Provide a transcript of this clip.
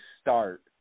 start